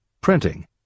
printing